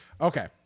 Okay